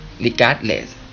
Regardless